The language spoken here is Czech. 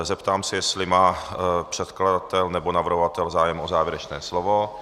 Zeptám se, jestli má předkladatel nebo navrhovatel zájem o závěrečné slovo.